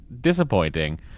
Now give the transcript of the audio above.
disappointing